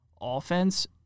offense